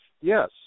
yes